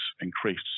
increased